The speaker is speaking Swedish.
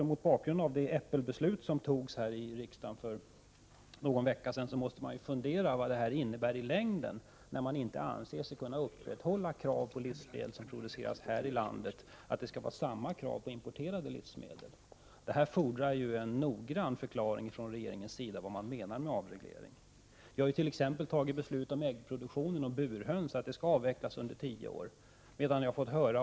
Mot bakgrund av det äppelbeslut som riksdagen fattade för någon vecka sedan måste man fundera vad det hela innebär i längden. Man anser sig alltså inte kunna upprätthålla krav på livsmedelsproduktion här i landet. Skall det vara — Prot. 1988/89:47 samma krav på importerade livsmedel? Det fordras en utförlig förklaring 16 december 1988 från regeringen av vad som menas med avreglering. Vi har ju t.ex. fattat Z———- beslut om att äggproduktionen baserad på burhöns skall avvecklas inom tio er FS år.